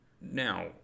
Now